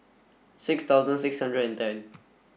six thousand six hundred and ten